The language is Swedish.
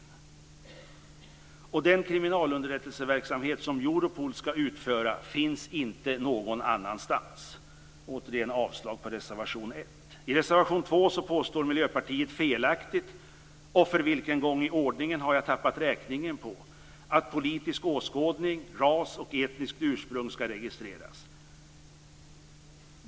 Den verksamhet för kriminalunderrättelse som Europol skall utföra finns inte någon annanstans. Jag yrkar återigen avslag på reservation 1. I reservation 2 påstår Miljöpartiet felaktigt - och för vilken gång i ordningen har jag tappat räkningen på - att politisk åskådning, ras och etniskt ursprung skall registreras.